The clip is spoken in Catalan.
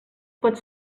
pot